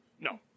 No